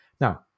Now